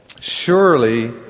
surely